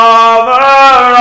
Father